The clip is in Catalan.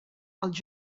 als